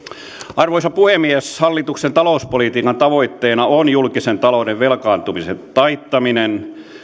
arvoisa puhemies hallituksen talouspolitiikan tavoitteena on julkisen talouden velkaantumisen taittaminen